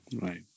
Right